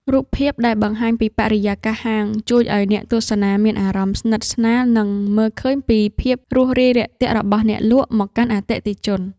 រូបភាពដែលបង្ហាញពីបរិយាកាសហាងជួយឱ្យអ្នកទស្សនាមានអារម្មណ៍ស្និទ្ធស្នាល និង មើលឃើញពីភាពរួសរាយរាក់ទាក់របស់អ្នកលក់មកកាន់អតិថិជន។